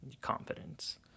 confidence